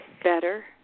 Better